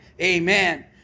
Amen